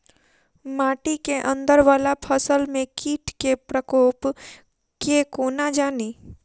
माटि केँ अंदर वला फसल मे कीट केँ प्रकोप केँ कोना जानि?